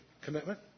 commitment